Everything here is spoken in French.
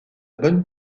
bonne